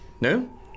No